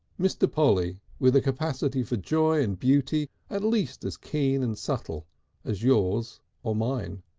mr. polly with a capacity for joy and beauty at least as keen and subtle as yours or mine.